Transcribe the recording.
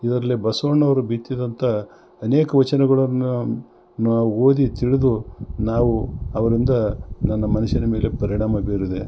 ಇದರಲ್ಲಿ ಬಸವಣ್ಣವ್ರು ಬಿತ್ತಿದಂಥ ಅನೇಕ ವಚನಗಳನ್ನು ನಾವು ಓದಿ ತಿಳಿದು ನಾವು ಅವರಿಂದ ನನ್ನ ಮನಸಿನ ಮೇಲೆ ಪರಿಣಾಮ ಬೀರಿದೆ